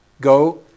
go